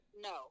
No